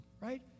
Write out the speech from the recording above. Right